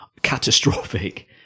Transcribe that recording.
catastrophic